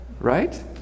right